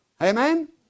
Amen